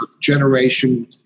generation